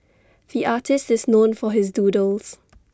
the artist is known for his doodles